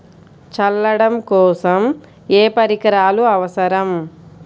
చల్లడం కోసం ఏ పరికరాలు అవసరం?